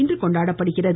இன்று கொண்டாடப்படுகிறது